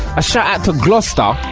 a shout out to gloucester,